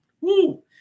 Woo